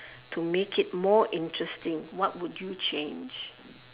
to make it more interesting what would you change